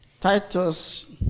Titus